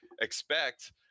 expect